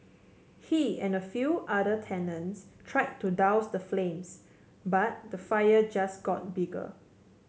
he and a few other tenants tried to douse the flames but the fire just got bigger